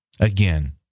again